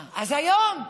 אז היום.